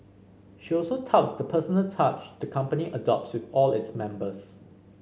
she also touts the personal touch the company adopts with all its members